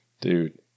Dude